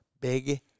Big